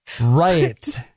right